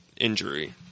injury